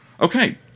Okay